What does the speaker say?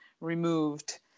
removed